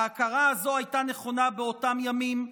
ההכרה הזו הייתה נכונה באותם ימים,